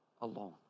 alone